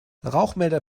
rauchmelder